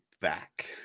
back